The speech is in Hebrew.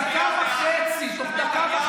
נתניהו הצביע בעד.